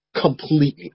completely